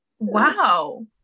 wow